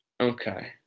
okay